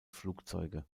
flugzeuge